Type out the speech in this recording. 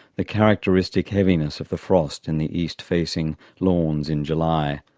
the characteristic heaviness of the frost in the east-facing lawns in july,